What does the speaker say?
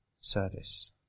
service